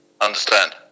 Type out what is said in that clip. understand